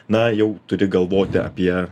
na jau turi galvoti apie